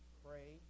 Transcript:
pray